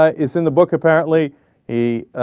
ah is in the book apparently he ah.